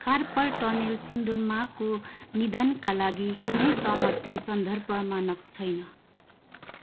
carpel tunnel सिन्ड्रोमाको निदानका लागि कुनै सहमति सन्दर्भ मानक छैन